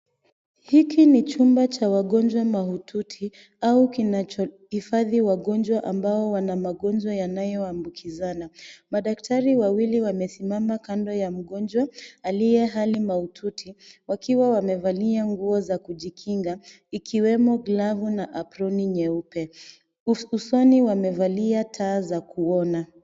Hiki ni chumba cha wagonjwa mahututi au kinachohifadhi wagonjwa ambao wana magonjwa yanayoambukizana. Madaktari wawili wamesimama kando ya mgonjwa aliye hali mahututi wakiwa wamevalia nguo za kujikinga ikiwemo glavu na aproni nyeupe. Usoni wamevalia taa za kuona.